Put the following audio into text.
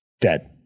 dead